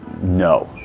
no